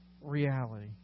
reality